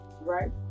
right